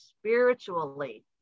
spiritually